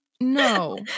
no